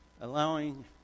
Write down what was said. Allowing